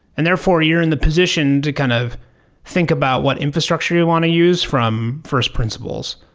and therefore, you're in the position to kind of think about what infrastructure you want to use from first principles.